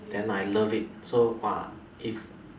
then I love it so !wah! if